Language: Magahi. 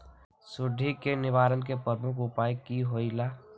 सुडी के निवारण के प्रमुख उपाय कि होइला?